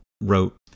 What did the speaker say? wrote